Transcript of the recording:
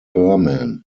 berman